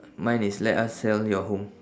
mine is let us sell your home